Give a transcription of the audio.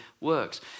works